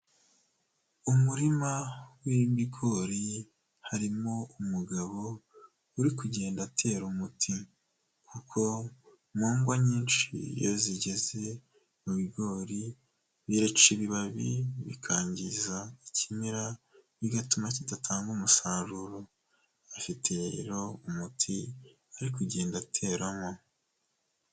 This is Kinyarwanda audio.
Umurima w'ibigori, harimo umugabo uri kugenda atera umuti. Kuko nkongwa nyinshi iyo zigeze mu bigori, bibica ibibabi bikangiza ikimera, bigatuma kidatanga umusaruro. Afiti rero umuti ari kugenda ateramo.